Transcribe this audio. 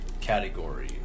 category